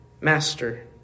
master